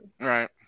Right